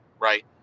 right